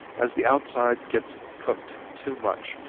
as the outside gets cooked too much,